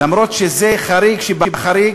למרות שזה חריג שבחריג,